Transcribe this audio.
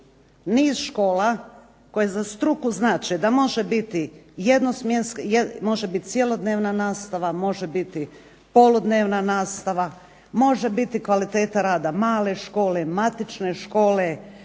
niz škola koje za struku znače da može biti jednosmjenski, može biti cjelodnevna nastava, može biti poludnevna nastavna, može biti kvaliteta rada male škole, matične škole,